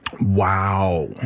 Wow